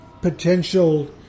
potential